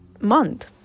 month